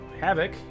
Havoc